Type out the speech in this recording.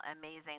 amazing